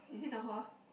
is it Nan-Hua